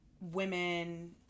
women